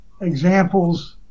examples